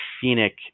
scenic